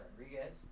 Rodriguez